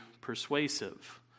persuasive